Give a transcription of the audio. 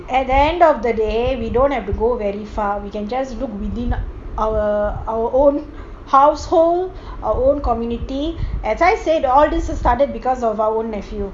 at the end of the day we don't have to go very far we just have to look within our household our own community as I said this all started because of our own nephew